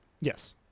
Yes